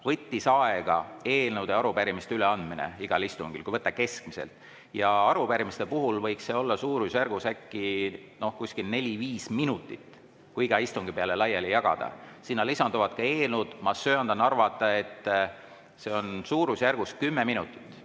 võttis aega eelnõude ja arupärimiste üleandmine igal istungil. Just kui võtta keskmiselt. Arupärimiste puhul võiks see olla suurusjärgus neli-viis minutit, kui iga istungi peale laiali jagada. Sinna lisanduvad ka eelnõud. Ma söandan arvata, et see suurusjärk on kümme minutit.